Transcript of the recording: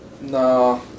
No